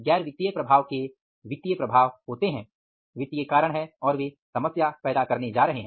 गैर वित्तीय प्रभाव के वित्तीय प्रभाव होते हैं वित्तीय कारण हैं और वे समस्या पैदा करने जा रहे हैं